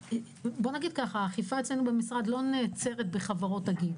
האכיפה אצלנו לא נעצרת בחברות Gig,